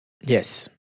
Yes